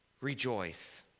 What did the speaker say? rejoice